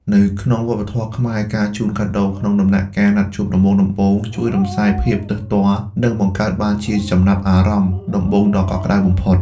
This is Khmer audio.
នៅក្នុងវប្បធម៌ខ្មែរ ការជូនកាដូក្នុងដំណាក់កាលណាត់ជួបដំបូងៗ ជួយរំសាយយភាពទើសទាល់ និងបង្កើតបានជាចំណាប់អារម្មណ៍ដំបូងដ៏កក់ក្ដៅបំផុត។